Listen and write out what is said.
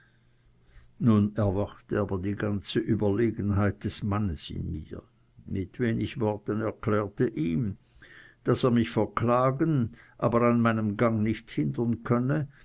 nun erwachte aber die ganze überlegenheit des mannes in mir mit wenigen worten erklärte ich ihm daß er mich verklagen aber an meinem gang nicht hindern könne